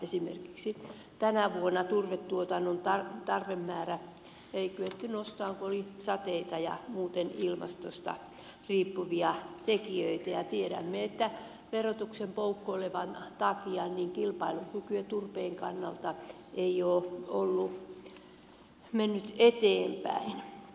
esimerkiksi tänä vuonna turvetuotannon tarvemäärää ei kyetty nostamaan kun oli sateita ja muuten ilmastosta riippuvia tekijöitä ja tiedämme että poukkoilevan verotuksen takia kilpailukyky turpeen kannalta ei ole mennyt eteenpäin